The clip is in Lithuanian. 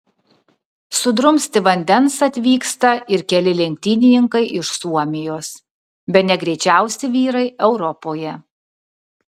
sudrumsti vandens atvyksta ir keli lenktynininkai iš suomijos bene greičiausi vyrai europoje